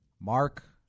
Mark